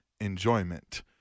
enjoyment